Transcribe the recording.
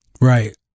right